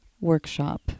workshop